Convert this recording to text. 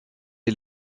est